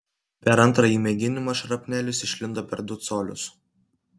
per antrąjį mėginimą šrapnelis išlindo per du colius